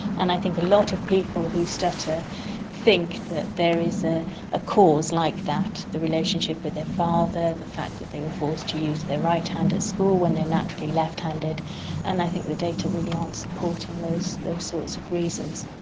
and i think a lot of people who stutter think that there is ah a cause like that the relationship with their father, the fact that they were forced to use their right hand at school when they are naturally left-handed and i think the data really aren't supporting those those sorts of reasons.